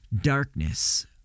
darkness